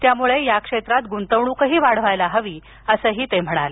त्यामुळे या क्षेत्रात गुंतवणूकही वाढवायला हवी असं ते म्हणाले